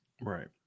right